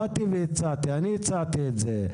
אני הצעתי את זה.